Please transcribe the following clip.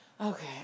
Okay